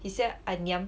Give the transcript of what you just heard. he say I ngiam